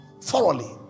Thoroughly